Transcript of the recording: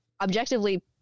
objectively